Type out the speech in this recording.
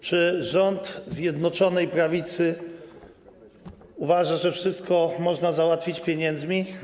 Czy rząd Zjednoczonej Prawicy uważa, że wszystko można załatwić pieniędzmi?